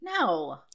No